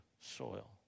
soil